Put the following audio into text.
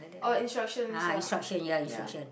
oh instructions ah yeah